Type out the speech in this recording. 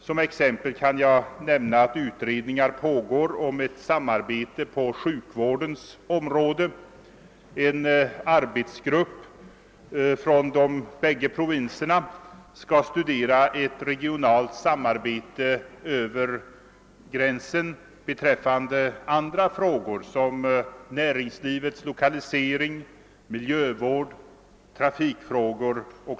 Som exempel kan jag nämna att utredningar pågår om ett samarbete på sjukvårdens område. En arbetsgrupp från de bägge provinserna skall studera ett regionalt samarbete över gränserna beträffande andra frågor, såsom näringslivets lokalisering, miljövård och trafikfrågor.